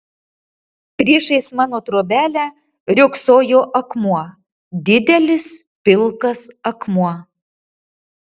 priešais mano trobelę riogsojo akmuo didelis pilkas akmuo